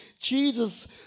Jesus